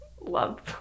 love